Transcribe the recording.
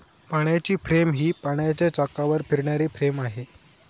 पाण्याची फ्रेम ही पाण्याच्या चाकावर फिरणारी फ्रेम आहे